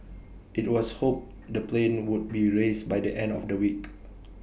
IT was hoped the plane would be raised by the end of the week